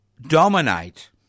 dominate